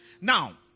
Now